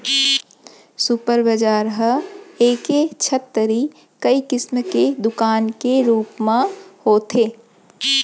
super बजार ह एके छत तरी कई किसम के दुकान के रूप म होथे